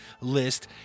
list